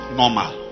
normal